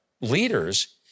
leaders